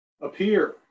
appear